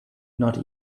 not